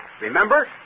Remember